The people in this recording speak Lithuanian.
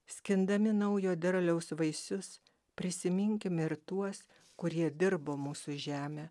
skindami naujo derliaus vaisius prisiminkime ir tuos kurie dirbo mūsų žemę